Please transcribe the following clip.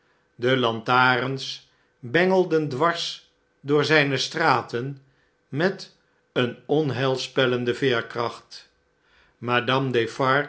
de lantarens bengelden dwars door zjjne straten met eene onheilspellende veerkracht